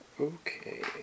Okay